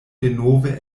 denove